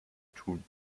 tun